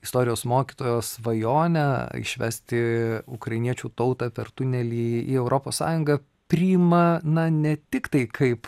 istorijos mokytojo svajonę išvesti ukrainiečių tautą per tunelį į europos sąjungą priima na ne tiktai kaip